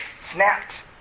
snapped